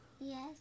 Yes